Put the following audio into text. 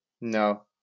No